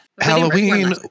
Halloween